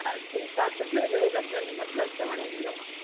हलु ठीकु आहे सुठी हुजिणी खपजनि मतिलबु चवण जो इहो आहे